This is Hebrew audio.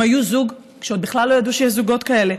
הם היו זוג כשעוד בכלל לא ידעו שיש זוגות כאלה,